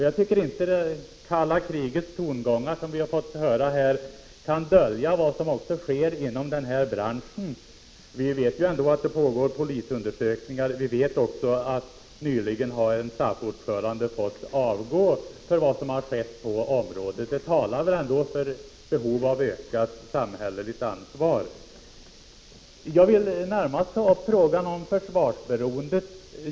Jag tycker inte att det kalla krigets tongångar som vi har fått höra här skall få dölja vad som sker inom den bransch som det gäller. Vi vet ju att det pågår polisundersökningar och att en SAF-ordförande nyligen har fått avgå på grund av vad som har skett på området. Detta talar väl ändå för ett behov av ett ökat samhälleligt ansvar. Jag vill närmast ta upp frågan om försvarsberoendet.